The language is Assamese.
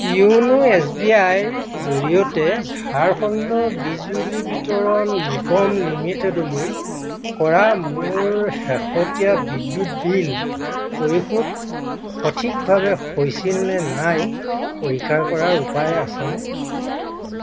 য়োনো এছ বি আই ৰ জৰিয়তে ঝাৰখণ্ড বিজুলী বিতৰণ নিগম লিমিটেডলৈ কৰা মোৰ শেহতীয়া বিদ্যুৎ বিল পৰিশোধ সঠিকভাৱে হৈছিল নে নাই পৰীক্ষা কৰাৰ উপায় আছেনে